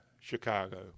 Chicago